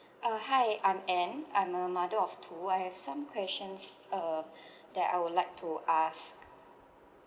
uh hi I'm anne I'm a mother of two I have some questions uh that I would like to ask